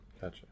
Gotcha